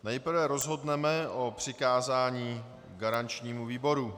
Nejprve rozhodneme o přikázání garančnímu výboru.